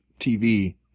TV